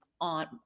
on